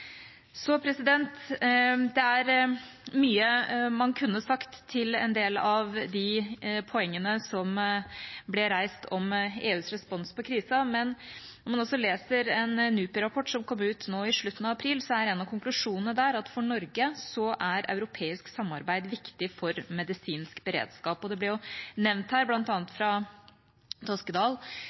Det er mye man kunne sagt til en del av de poengene som ble reist om EUs respons på krisen, men om man også leser en NUPI-rapport som kom ut nå i slutten av april, er en av konklusjonene der at for Norge er europeisk samarbeid viktig for medisinsk beredskap. Det ble nevnt her, bl.a. fra representanten Toskedal,